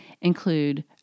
include